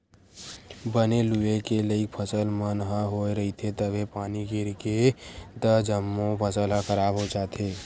बने लूए के लइक फसल मन ह होए रहिथे तभे पानी गिरगे त जम्मो फसल ह खराब हो जाथे